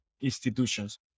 institutions